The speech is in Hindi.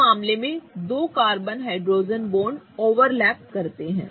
इस मामले में 2 कार्बन हाइड्रोजन बॉन्ड ओवरलैप करते हैं